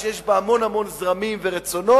שיש בה המון זרמים ורצונות.